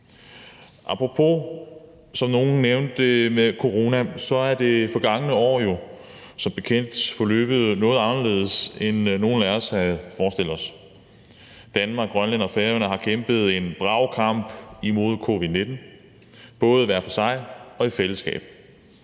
corona, som nogle nævnte, er det forgangne år jo som bekendt forløbet noget anderledes, end nogen af os havde forestillet os. Danmark, Grønland og Færøerne har kæmpet en brav kamp imod covid-19, både hver for sig og i fællesskab.